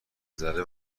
ذره